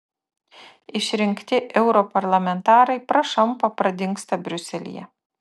išrinkti europarlamentarai prašampa pradingsta briuselyje